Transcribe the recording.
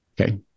Okay